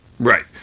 Right